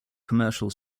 commercials